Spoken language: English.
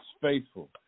faithful